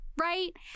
right